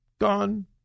gone